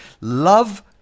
love